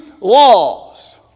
laws